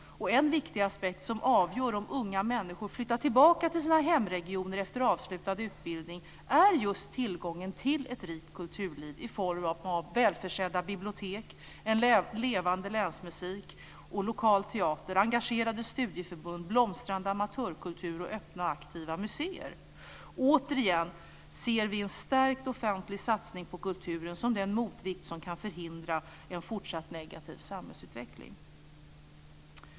En viktig aspekt som avgör om unga människor flyttar tillbaka till sina hemregioner efter avslutad utbildning är just tillgången till ett rikt kulturliv i form av välförsedda bibliotek, en levande länsmusik, lokal teater, engagerade studieförbund, blomstrande amatörkultur och öppna och aktiva museer. Återigen ser vi en stärkt offentlig satsning på kulturen som den motvikt som kan förhindra en fortsatt negativ samhällsutveckling.